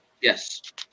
Yes